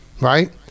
right